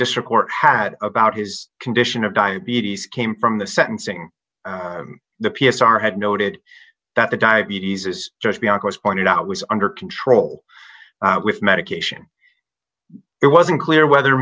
district court had about his condition of diabetes came from the sentencing the p s r had noted that the diabetes is just beyond was pointed out was under control with medication it was unclear whether